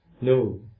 No